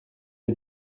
est